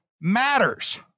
matters